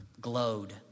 glowed